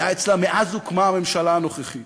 רשמי של ממשלת ישראל לא היה אצלה מאז הוקמה הממשלה הנוכחית.